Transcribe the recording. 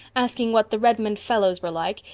asking what the redmond fellows were like,